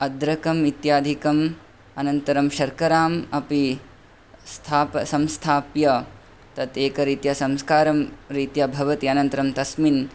अर्दरकम् इत्यादिकम् अनन्तरं शर्कराम् अपि स्थाप् संस्थाप्य तत् एकरीत्या संस्कारं रीत्या भवति अनन्तरं तस्मिन्